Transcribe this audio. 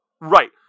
Right